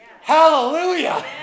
Hallelujah